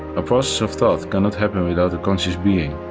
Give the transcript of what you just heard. a process of thought cannot happen without a conscious being.